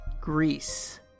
Greece